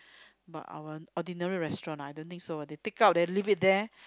but our ordinary restaurant I don't think so they take out then leave it there